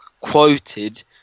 quoted